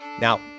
now